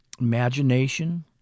imagination